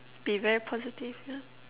be very positive yeah